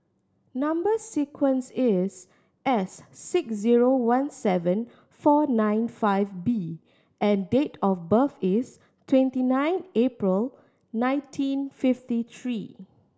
number sequence is S six zero one seven four nine five B and date of birth is twenty nine April nineteen fifty three